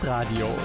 Radio